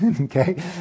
okay